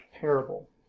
parable